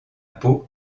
peau